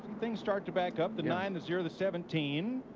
things start to back up. the nine, the zero, the seventeen.